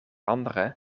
andere